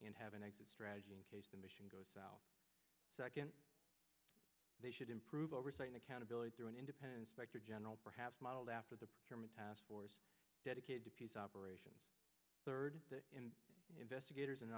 and have an exit strategy in case the mission goes south second they should improve oversight and accountability through an independent specter general perhaps modeled after the german task force dedicated to peace operations third in investigators